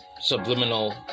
subliminal